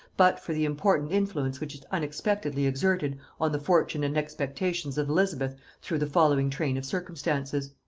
but for the important influence which it unexpectedly exerted on the fortune and expectations of elizabeth through the following train of circumstances.